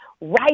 right